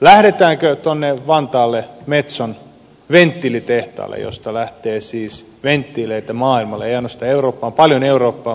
lähdetäänkö tuonne vantaalle metson venttiilitehtaalle josta lähtee siis venttiileitä maailmalle ei ainoastaan eurooppaan paljon eurooppaan vaan maailmalle